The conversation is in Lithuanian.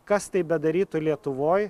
kas tai bedarytų lietuvoj